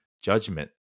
judgment